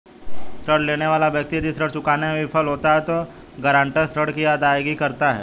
ऋण लेने वाला व्यक्ति यदि ऋण चुकाने में विफल होता है तो गारंटर ऋण की अदायगी करता है